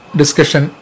discussion